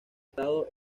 estado